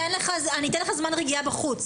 אני אתן לך זמן להירגע בחוץ.